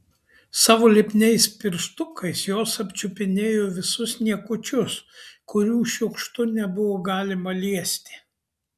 savo lipniais pirštukais jos apčiupinėjo visus niekučius kurių šiukštu nebuvo galima liesti